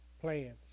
plans